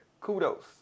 kudos